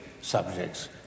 subjects